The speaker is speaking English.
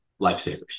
lifesavers